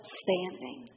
standing